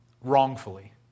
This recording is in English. wrongfully